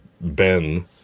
Ben